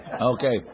Okay